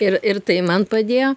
ir ir tai man padėjo